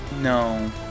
No